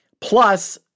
Plus